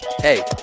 Hey